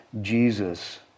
Jesus